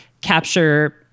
capture